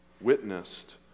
witnessed